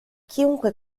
chiunque